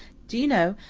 do you know,